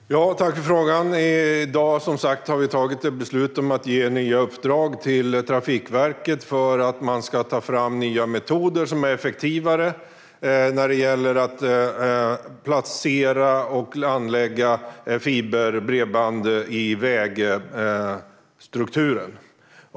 Herr talman! Jag tackar för frågan. I dag har vi som sagt tagit beslut om att ge nya uppdrag till Trafikverket om att ta fram nya metoder som är effektivare när det gäller att placera och landlägga fiberbredband i vägstrukturen.